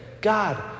God